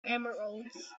emeralds